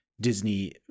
Disney